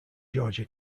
georgia